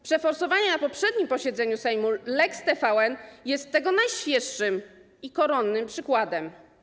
Przeforsowanie na poprzednim posiedzeniu Sejmu lex TVN jest tego najświeższym i koronnym przykładem.